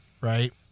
right